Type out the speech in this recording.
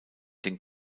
den